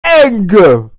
anger